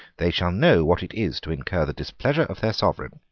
they shall know what it is to incur the displeasure of their sovereign.